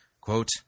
quote